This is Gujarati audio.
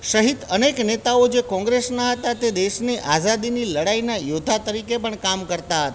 સહિત અનેક નેતાઓ જ કોંગ્રેસના હતા તે દેશની આઝાદીની લડાઈના યોદ્ધા તરીકે પણ કામ કરતા હતા